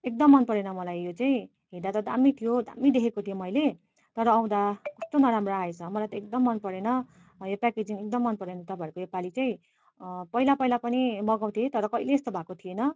एकदम मनपरेन मलाई यो चाहिँ हेर्दा त दामी थियो दामी देखेको थिएँ मैले तर आउँदा कस्तो नराम्रो आएछ मलाई त एकदम मनपरेन यो प्याकेजिङ एकदम मनपरेन तपाईँहरूको योपालि चाहिँ पहिला पहिला पनि मगाउँथेँ तर कहिले यस्तो भएको थिएन